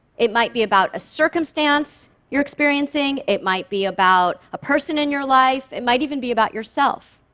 it might be about a circumstance you're experiencing, it might be about a person in your life, it might even be about yourself.